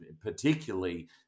Particularly